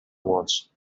wants